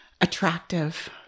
attractive